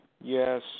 Yes